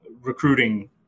recruiting